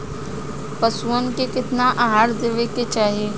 पशुअन के केतना आहार देवे के चाही?